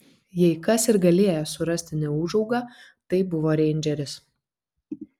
jei kas ir galėjo surasti neūžaugą tai buvo reindžeris